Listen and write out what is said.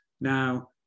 Now